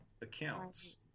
accounts